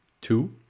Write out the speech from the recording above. Two